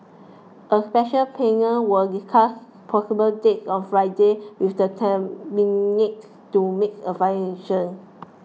a special panel will discuss possible dates on Friday with the Cabinet to make a final decision